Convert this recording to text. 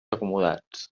acomodats